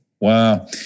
Wow